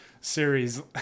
series